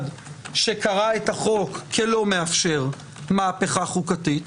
שקרא את החוק כלא מאפשר מהפכה חוקתית,